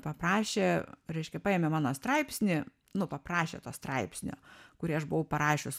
paprašė reiškia paėmė mano straipsnį nu paprašė to straipsnio kurį aš buvau parašius